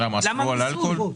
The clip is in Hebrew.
למה מיסוי?